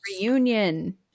Reunion